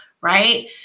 right